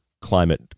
climate